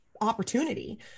opportunity